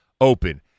open